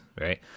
right